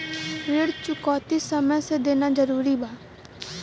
ऋण चुकौती समय से देना जरूरी बा?